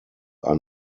are